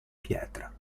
pietra